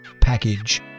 package